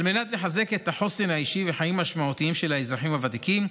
על מנת לחזק את החוסן האישי וחיים משמעותיים של האזרחים הוותיקים,